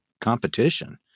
competition